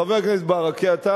חבר הכנסת ברכה,